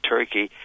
Turkey